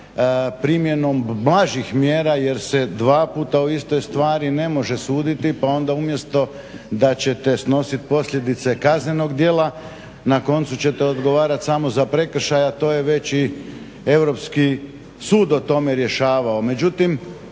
primjenom blažih mjera jer se dva puta o istoj stvari ne može suditi. Pa onda umjesto da ćete snositi posljedice kaznenog djela na koncu ćete odgovarati samo za prekršaj, a to je već i Europski sud o tome rješavao.